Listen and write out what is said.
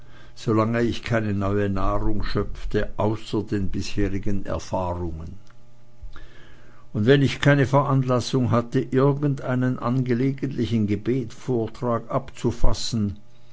solange ich keine neue nahrung schöpfte außer den bisherigen erfahrungen und wenn ich keine veranlassung hatte irgendeinen angelegentlichen gebetvortrag abzufassen